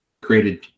created